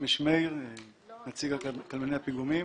נציג קבלני הפיגומים.